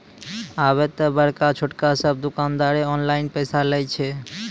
आबे त बड़का छोटका सब दुकानदारें ऑनलाइन पैसा लय छै